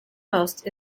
most